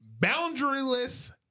Boundaryless